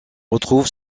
retrouve